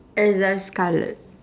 erza scarlet